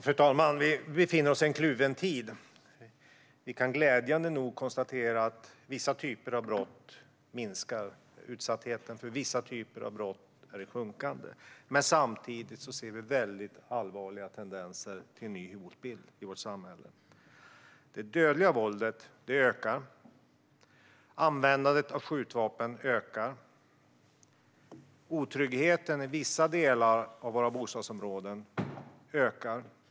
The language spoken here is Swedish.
Fru talman! Vi befinner oss i en kluven tid. Vi kan glädjande nog konstatera att vissa typer av brott minskar och att utsattheten för vissa typer av brott sjunker. Men samtidigt ser vi väldigt allvarliga tendenser till en ny hotbild i vårt samhälle. Det dödliga våldet ökar. Användandet av skjutvapen ökar. Otryggheten i vissa delar av våra bostadsområden ökar.